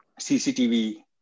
CCTV